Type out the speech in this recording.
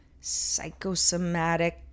psychosomatic